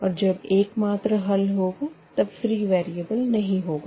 और जब एकमात्र हल होगा तब फ़्री वेरिएबल नहीं होगा